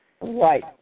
Right